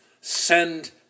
send